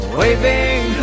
waving